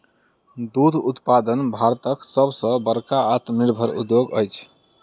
दूध उत्पादन भारतक सभ सॅ बड़का आत्मनिर्भर उद्योग अछि